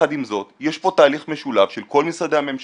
יחד עם זאת, יש פה תהליך משולב של כל משרדי הממשלה